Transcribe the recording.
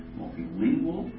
multilingual